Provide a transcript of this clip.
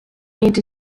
made